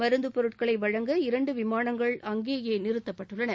மருந்து பொருட்களை வழங்க இரண்டு விமானங்கள் அங்கேயே நிறத்தப்பட்டுள்ளன